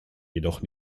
jedoch